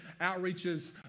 outreaches